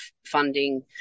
funding